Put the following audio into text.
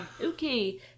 Okay